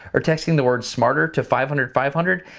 or texting the word smarter to five hundred five hundred.